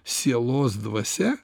sielos dvasia